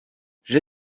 j’ai